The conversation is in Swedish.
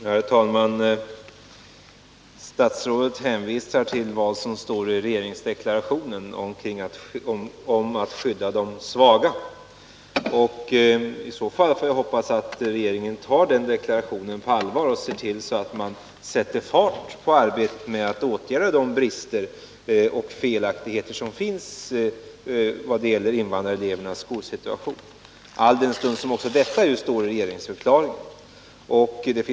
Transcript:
Herr talman! Statsrådet hänvisar till vad som står i regeringsdeklarationen om att skydda de svaga. I så fall får jag hoppas att regeringen tar den deklarationen på allvar och ser till att man sätter fart på arbetet med att åtgärda de brister och felaktigheter som finns när det gäller invandrarelevernas skolsituation, alldenstund också detta utlovas i regeringsförklaringen.